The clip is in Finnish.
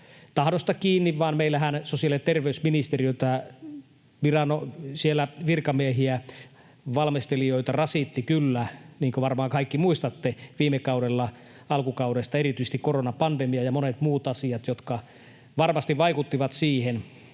tahdosta kiinni, vaan meillähän sosiaali- ja terveysministeriötä, siellä virkamiehiä, valmistelijoita, rasittivat kyllä — niin kuin varmaan kaikki muistatte — viime kaudella, alkukaudesta erityisesti, koronapandemia ja monet muut asiat, jotka varmasti vaikuttivat siihen.